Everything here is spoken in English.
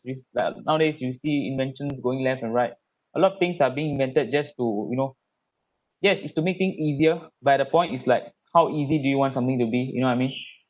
is like nowadays you see inventions going left and right a lot things are being invented just to you know yes is to make thing easier by the point is like how easy do you want something to be you know I mean